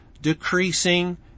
decreasing